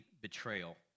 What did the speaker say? betrayal